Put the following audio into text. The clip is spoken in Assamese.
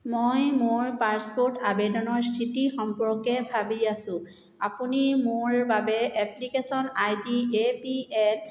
মই মোৰ পাছপোৰ্ট আবেদনৰ স্থিতি সম্পৰ্কে ভাবি আছোঁ আপুনি মোৰ বাবে application I D A P L